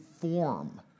form